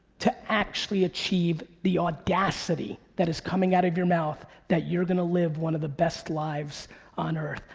to actually achieve the audacity that is coming out of your mouth that you're gonna live one of the best lives on earth.